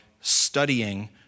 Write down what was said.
studying